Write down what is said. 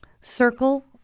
circle